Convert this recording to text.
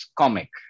comic